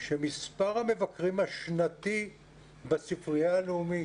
שמספר המבקרים השנתי בספרייה הלאומית,